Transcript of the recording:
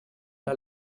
der